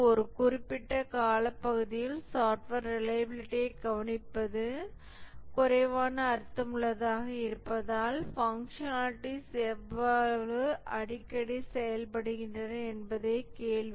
ஒரு குறிப்பிட்ட காலப்பகுதியில் சாப்ட்வேர் ரிலையபிலிடியைக் கவனிப்பது குறைவான அர்த்தமுள்ளதாக இருப்பதால் பங்ஸனாலிடீஸ் எவ்வளவு அடிக்கடி செயல்படுகின்றன என்பதே கேள்வி